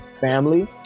family